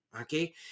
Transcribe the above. okay